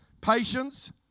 patience